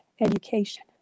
education